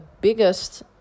biggest